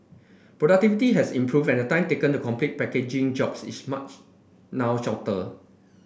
productivity has improved and the time taken to complete packaging jobs is now shorter